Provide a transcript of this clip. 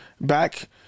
back